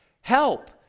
help